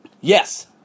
Yes